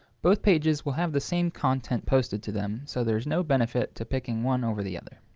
both pages will have the same content posted to them, so there is no benefit to picking one over the other.